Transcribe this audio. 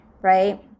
right